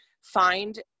find